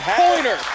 pointer